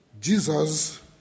Jesus